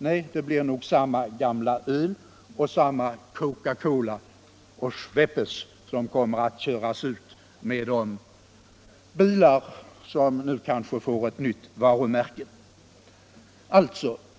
Nej, det blir nog samma gamla öl och samma Coca-Cola och Schweppes som kommer att köras ut med de bilar som nu kanske får ett nytt varumärke.